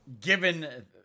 Given